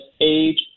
age